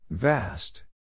Vast